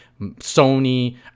Sony